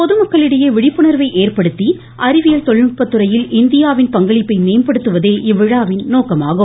பொதுமக்களிடையே விழிப்புணர்வை ஏற்படுத்தி அறிவியல் தொழில்நுட்பத்துறையில் இந்தியாவின் பங்களிப்பை மேம்படுத்துவதே இவ்விழாவின் நோக்கம் ஆகும்